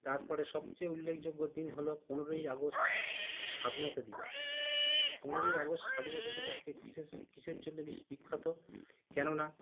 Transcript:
তার পরে সবচেয়ে উল্লেখযোগ্য দিন হলো পনেরোই আগস্ট স্বাধীনতা দিবস পনেরোই আগস্ট স্বাধীনতা দিবসকে কীসের জন্যে বিখ্যাত কেননা